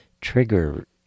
trigger